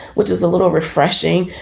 which is a little refreshing.